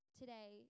today